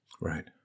Right